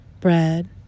Bread